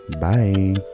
bye